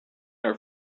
are